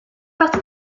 partie